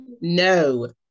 No